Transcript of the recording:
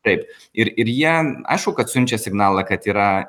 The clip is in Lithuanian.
taip ir ir jam aišku kad siunčia signalą kad yra